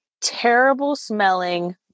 terrible-smelling